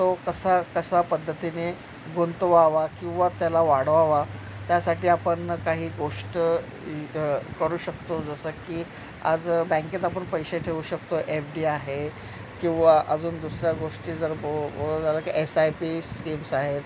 तो कसा कशा पद्धतीने गुंतवावा किंवा त्याला वाढवावा त्यासाठी आपण काही गोष्ट करू शकतो जसं की आज बँकेत तर आपण पैसे ठेवू शकतो एफ डी आहे किंवा अजून दुसऱ्या गोष्टी जर ब बो झालं की एस आय पी स्कीम्स आहेत